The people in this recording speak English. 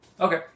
okay